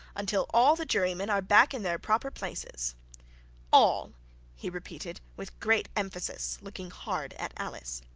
until all the jurymen are back in their proper places all he repeated with great emphasis, looking hard at alice